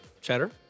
Cheddar